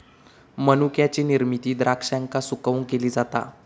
मनुक्याची निर्मिती द्राक्षांका सुकवून केली जाता